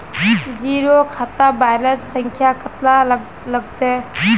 Zero खाता balance संख्या कतला लगते?